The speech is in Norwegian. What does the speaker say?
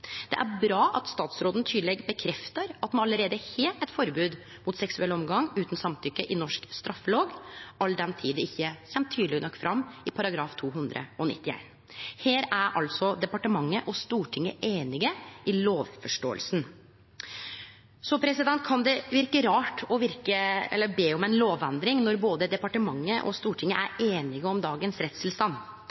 Det er bra at statsråden tydeleg bekreftar at me allereie har eit forbod mot seksuell omgang utan samtykke i norsk straffelov, all den tid det ikkje kjem tydeleg nok fram i § 291. Her er altså departementet og Stortinget einige i lovforståinga. Det kan verke rart å be om ei lovendring når departementet og Stortinget er einige om dagens